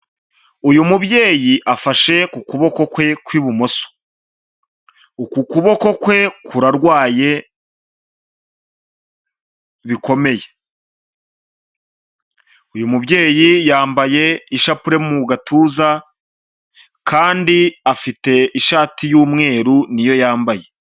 Uyu mubyeyi afashe ku kuboko kwe kw'ibumoso, uku kuboko kwe kurarwaye bikomeye, uyu mubyeyi yambaye ishapure mu gatuza kandi afite ishati y'umweru ni yo yambaye.